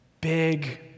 Big